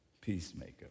peacemaker